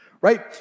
right